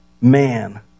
man